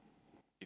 if you